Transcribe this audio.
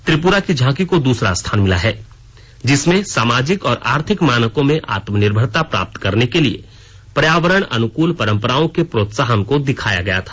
त्रिपुरा की झांकी को दूसरा स्थान मिला है जिसमें सामाजिक और आर्थिक मानकों में आत्मनिर्भरता प्राप्त करने के लिए पर्यावरण अनुकूल परम्पराओं के प्रोत्साहन को दिखाया गया था